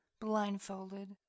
blindfolded